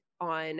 on